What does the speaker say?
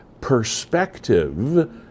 perspective